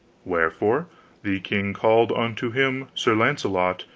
wherefore the king called unto him sir launcelot,